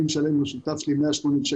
אני משלם עם השותף שלי 180 שקלים,